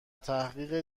تحقیق